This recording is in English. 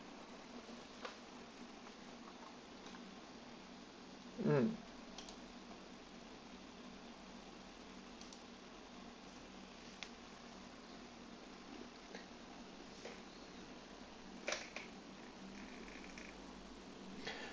um